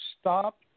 stop